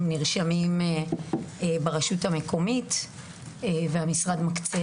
הם נרשמים ברשות המקומית והמשרד מקצה